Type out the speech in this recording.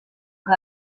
que